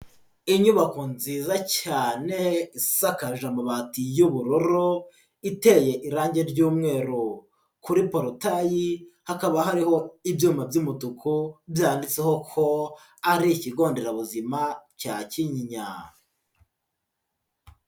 Inyubako nziza cyane isakaje amabati y'ubururu, iteye irange ry'umweru, kuri porotayi hakaba hariho ibyuma by'umutuku byanditseho ko ari ikigo nderabuzima cya Kinyinya.